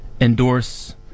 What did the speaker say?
endorse